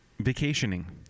Vacationing